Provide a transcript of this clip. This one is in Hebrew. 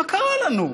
מה קרה לנו?